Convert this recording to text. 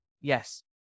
Yes